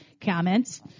comments